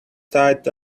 tight